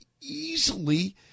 easily